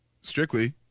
strictly